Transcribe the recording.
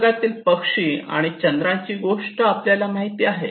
निसर्गातील पक्षी आणि चंद्राची गोष्ट आपल्याला माहिती आहेत